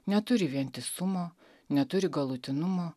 neturi vientisumo neturi galutinumo